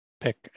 pick